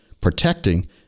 protecting